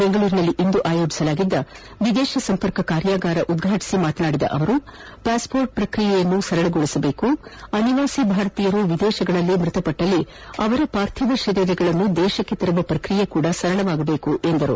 ಬೆಂಗಳೂರಿನಲ್ಲಿಂದು ಆಯೋಜಿಸಲಾಗಿದ್ದ ವಿದೇಶ ಸಂಪರ್ಕ ಕಾರ್ಯಾಗಾರ ಉದ್ಘಾಟಿಸಿ ಮಾತನಾಡಿದ ಅವರು ಪಾಸ್ ಮೋರ್ಟ್ ಪ್ರಕ್ರಿಯೆಯನ್ನು ಸರಳಗೊಳಿಸಬೇಕು ಹಾಗೂ ಅನಿವಾಸಿ ಭಾರತೀಯರು ವಿದೇಶದಲ್ಲಿ ವಿಧಿವಶರಾದಲ್ಲಿ ಅವರ ಪಾರ್ಥಿವ ಶರೀರವನ್ನು ದೇಶಕ್ಕೆ ತರುವ ಪ್ರಕ್ರಿಯೆಯೂ ಸರಳಗೊಳ್ಳಬೇಕು ಎಂದರು